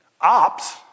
Ops